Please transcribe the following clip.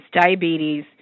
diabetes